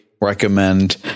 recommend